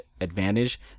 advantage